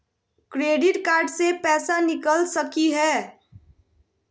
Credit card से पैसा निकल सकी हय?